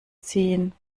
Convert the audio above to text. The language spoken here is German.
ziehen